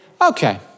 Okay